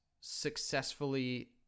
successfully